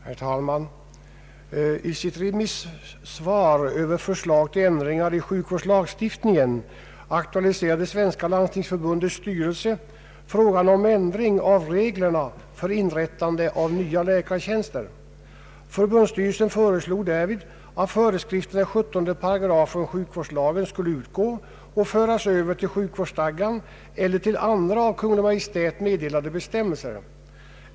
Herr talman! I sitt remissvar över ”Förslag till ändringar i sjukvårdslagstiftningen” aktualiserade «Svenska landstingsförbundets styrelse frågan om ändring av reglerna för inrättande av nya läkartjänster. Förbundsstyrelsen föreslog därvid att föreskrifterna i 17 8 sjukvårdslagen skulle utgå och föras över till sjukvårdsstadgan eller till andra av Kungl. Maj:t meddelade bestämmelser.